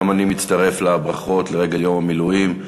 גם אני מצטרף לברכות לרגל יום המילואים,